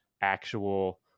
actual